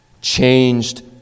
changed